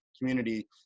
community